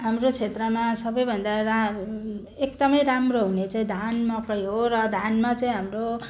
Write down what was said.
हाम्रो क्षेत्रमा सबैभन्दा रा एकदमै राम्रो हुने चाहिँ धान मकै हो र धानमा चाहिँ हाम्रो